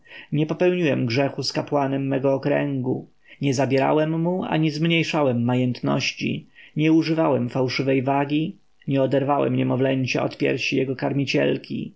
nie popełniłem grzechu z kapłanem mego okręgu nie zabierałem mu ani zmniejszałem majętności nie używałem fałszywej wagi nie oderwałem niemowlęcia od piersi jego karmicielki